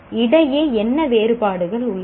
இடையே என்ன வேறுபாடுகள் உள்ளன